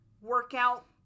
workout